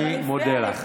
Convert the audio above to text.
אני מודה לך.